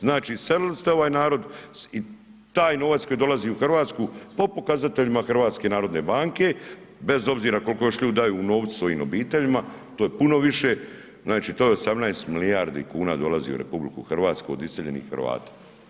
Znači iselili ste ovaj narod i taj novac koji dolazi u Hrvatsku po pokazateljima HNB-a, bez obzira koliko još ljudi daju u novcu obiteljima, to je puno više, znači to je 18 milijardi kuna dolazi u RH od iseljenih Hrvata.